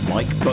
Mike